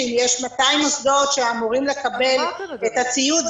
שאם יש 200 מוסדות שאמורים לקבל את הציוד,